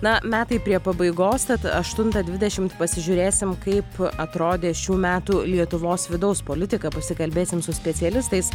na metai prie pabaigos tad aštuntą dvidešimt pasižiūrėsim kaip atrodė šių metų lietuvos vidaus politika pasikalbėsim su specialistais